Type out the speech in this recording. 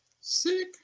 Sick